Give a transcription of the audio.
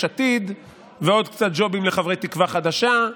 עתיד ועוד קצת ג'ובים לחברי תקווה חדשה.